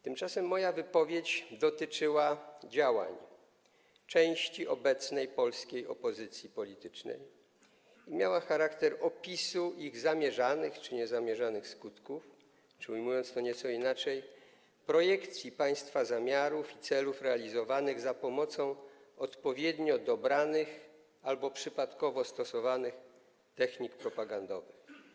Tymczasem moja wypowiedź dotyczyła działań części obecnej polskiej opozycji politycznej i miała charakter opisu ich zamierzonych czy niezamierzonych skutków czy, ujmując to nieco inaczej, projekcji państwa zamiarów i celów realizowanych za pomocą odpowiednio dobranych albo przypadkowo stosowanych technik propagandowych.